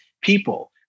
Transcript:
people